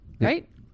right